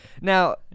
Now-